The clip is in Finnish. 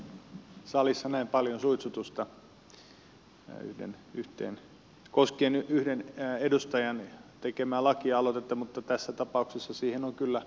harvoin kuulee salissa näin paljon suitsutusta koskien yhden edustajan tekemää lakialoitetta mutta tässä tapauksessa siihen on kyllä aihetta